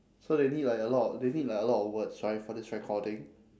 so they need like a lot of they need like a lot of words right for this recording